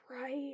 right